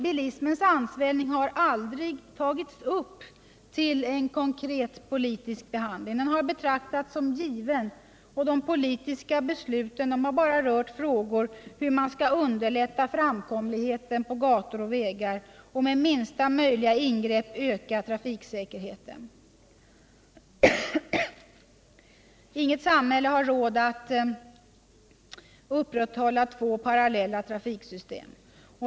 Bilismens ansvällning har aldrig tagits upp till konkret politisk behandling. Den har betraktats som given och de politiska besluten har bara rört frågor om hur man skall underlätta framkomligheten på gator och vägar och med minsta möjliga ingrepp öka trafiksäkerheten. Inget samhälle har råd att upprätthålla två parallella trafiksystem.